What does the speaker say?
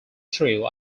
shrew